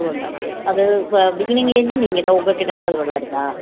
two and half years அது பிகினிங்லேர்ந்தே நீங்கள் தான் உங்கள்கிட்ட தான் அது வளருதா